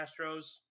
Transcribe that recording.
Astros